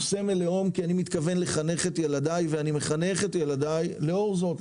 הוא סמל לאום כי אני מתכוון לחנך את ילדיי ואני מחנך את ילדיי לאור זאת,